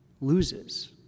loses